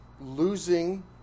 losing